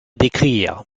d’écrire